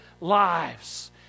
lives